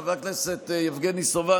וחבר הכנסת יבגני סובה,